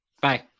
Bye